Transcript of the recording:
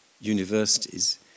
universities